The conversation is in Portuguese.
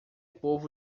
povo